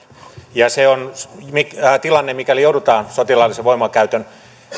ja se on tilanne mikäli joudutaan sotilaallisen voimankäytön